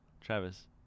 Travis